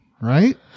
right